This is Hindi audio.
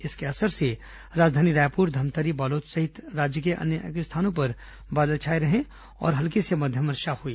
इसके असर से राजधानी रायपुर धमतरी और बालोद सहित राज्य के अनेक स्थानों पर आज बादल छाए रहे और हल्की से मध्यम बारिश हुई